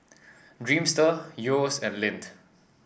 Dreamster Yeo's and Lindt